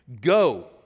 Go